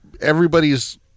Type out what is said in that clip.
everybody's